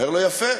אומר לו: יפה.